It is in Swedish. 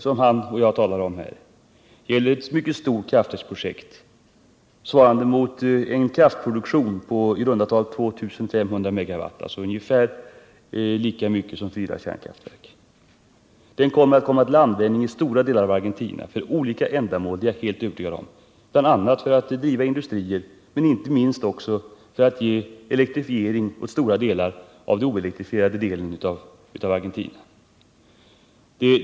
Det han och jag talar om här är ett mycket stort kraftverksprojekt, svarande mot en kraftproduktion på i runt tal 2 500 MW, alltså ungefär lika mycket som fyra kärnkraftverk producerar. Elektriciteten kommer till användning inom stora delar av Argentina till olika ändamål, det är jag helt övertygad om. Bl. a. kommer den att användas för att driva industrier, men inte minst också för att elektrifiera de stora delar av Argentina som nu saknar elektricitet.